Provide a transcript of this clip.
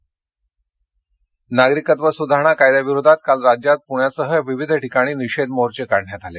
निदर्शन नागरिकत्व सुधारणा कायद्याविरोधात काल राज्यात पुण्यासह विविध ठिकाणी निषेध मोर्चे काढण्यात आले